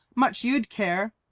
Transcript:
much you'd care.